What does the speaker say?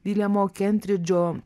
viljamo kentridžo